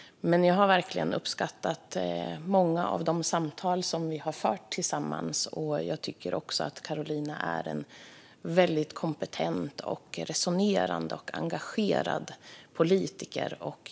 Jag har verkligen uppskattat många av de samtal som vi har fört tillsammans. Jag tycker också att Karolina är en väldigt kompetent, resonerande och engagerad politiker.